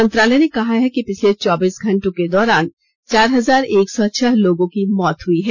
मंत्रालय ने कहा है कि पिछले चौबीस घंटों के दौरान चार हजार एक सौ छह लोगों की मौत हई है